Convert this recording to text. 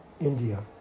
India